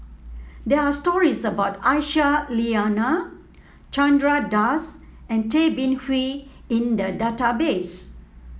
there are stories about Aisyah Lyana Chandra Das and Tay Bin Wee in the database